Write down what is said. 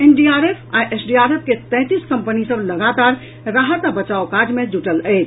NDRF आ SDRF के तैंतीस कम्पनी सभ लगातार राहत आ बचाव काज मे जुटल अछि